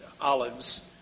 olives